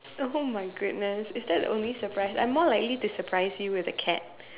oh my goodness is that the only surprise I'm more likely to surprise you with a cat